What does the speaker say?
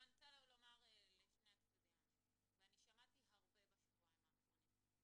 אני רוצה לומר לשני הצדדים משהו ואני שמעתי הרבה בשבועיים האחרונים.